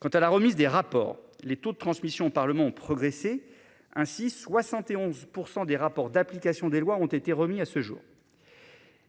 Quant à la remise des rapports, les taux de transmission par progresser. Ainsi 71% des rapports d'application des lois ont été remis à ce jour.